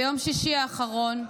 ביום שישי האחרון,